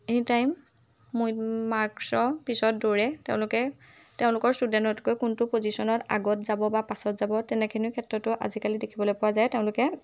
anytime মাৰ্কছৰ পিছত দৌৰে তেওঁলোকে তেওঁলোকৰ ষ্টুডেণ্টতকৈ কোনটো পজিশ্যনত আগত যাব বা পাছত যাব তেনেখিনি ক্ষেত্ৰতো আজিকালি দেখিবলৈ পোৱা যায় তেওঁলোকে